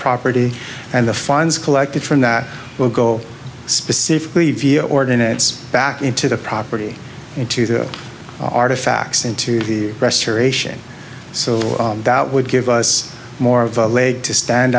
property and the funds collected from that will go specifically via ordinance back into the property into the artifacts into the restoration so that would give us more of a leg to stand